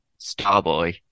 Starboy